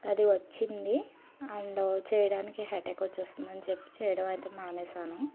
అది వచ్చింది అండ్ చేయడానికి హెడెక్ వచ్చేస్తుందని చెప్పి చేయడం అయితే మానేసాను